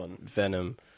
venom